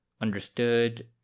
understood